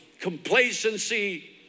complacency